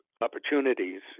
opportunities